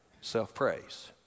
Self-praise